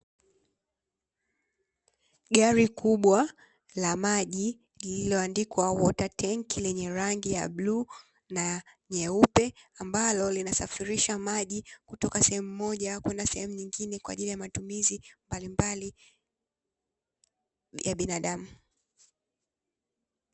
Gari kubwa la maji lililoandikwa water tank lenye rangi ya bluu na nyeupe, ambalo linasafirisha maji kutoka sehemu moja kwenda sehemu nyingine kwa ajili ya matumizi mbalimbali ya binadamu.